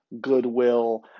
goodwill